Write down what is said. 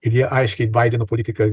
ir jie aiškiai baideno politiką